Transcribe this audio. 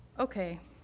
okay.